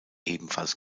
ebenfalls